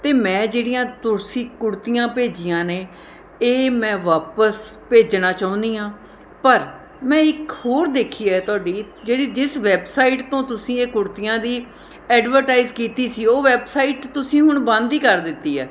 ਅਤੇ ਮੈਂ ਜਿਹੜੀਆਂ ਤੁਸੀਂ ਕੁੜਤੀਆਂ ਭੇਜੀਆਂ ਨੇ ਇਹ ਮੈਂ ਵਾਪਸ ਭੇਜਣਾ ਚਾਹੁੰਦੀ ਹਾਂ ਪਰ ਮੈਂ ਇੱਕ ਹੋਰ ਦੇਖੀ ਹੈ ਤੁਹਾਡੀ ਜਿਹੜੀ ਜਿਸ ਵੈੱਬਸਾਈਟ ਤੋਂ ਤੁਸੀਂ ਇਹ ਕੁੜਤੀਆਂ ਦੀ ਐਡਵਰਟਾਈਜ਼ ਕੀਤੀ ਸੀ ਉਹ ਵੈਬਸਾਈਟ ਤੁਸੀਂ ਹੁਣ ਬੰਦ ਹੀ ਕਰ ਦਿੱਤੀ ਹੈ